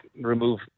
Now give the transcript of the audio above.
remove